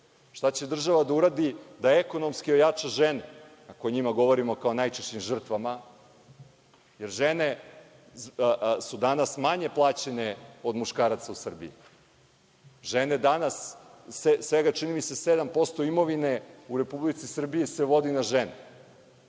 Šta će država da uradi da ekonomski ojača žene? Ako o njima govorimo kao najčešćim žrtvama, jer žene su danas manje plaćene od muškaraca u Srbiji. Žene danas svega čini mi se 7% imovine u Republici Srbiji se vodi na žene.